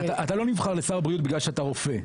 אתה לא נבחר לשר הבריאות בגלל שאתה רופא,